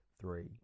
three